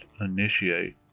initiate